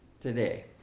today